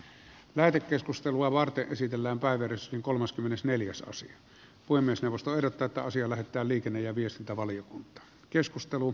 lähetekeskustelua varten esitellään päivä riskin kolmaskymmenesneljäs osa puhemiesneuvosto ehdottaa että asia lähetetään liikenne ja viestintävaliokuntaan